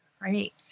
right